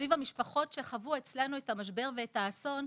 המשפחות שחוו אצלנו את המשבר ואת האסון,